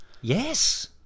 Yes